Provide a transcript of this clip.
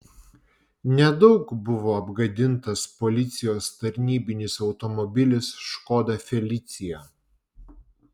nedaug buvo apgadintas policijos tarnybinis automobilis škoda felicia